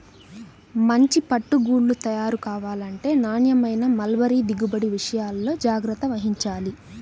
మంచి పట్టు గూళ్ళు తయారు కావాలంటే నాణ్యమైన మల్బరీ దిగుబడి విషయాల్లో జాగ్రత్త వహించాలి